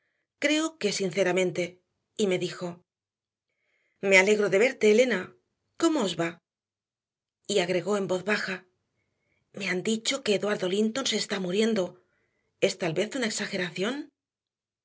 creo que sinceramente y me dijo me alegro de verte elena cómo os va y agregó en voz baja me han dicho que eduardo linton se está muriendo es tal vez una exageración